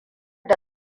da